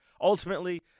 ultimately